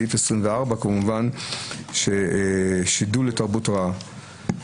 אני אנמק את סעיף 24, שידול לתרבות רעה.